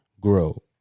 grow